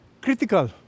critical